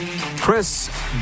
Chris